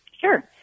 Sure